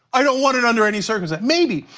i don't want it under any circumstance maybe,